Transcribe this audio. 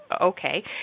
okay